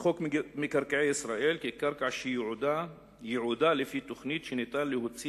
"קרקע שייעודה לפי תוכנית שניתן להוציא